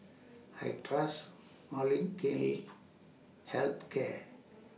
I Trust Health Care